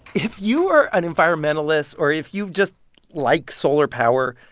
if you are an environmentalist, or if you just like solar power,